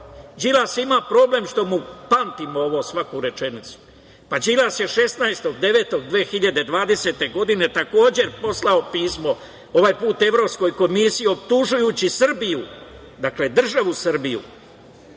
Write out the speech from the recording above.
laž. Đilas ima problem što mu pamtim svaku rečenicu, pa Đilas je 16.9.2020. godine takođe poslao pismo, ovaj put Evropskoj komisiji, optužujući Srbiju, dakle državu Srbiju